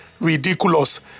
ridiculous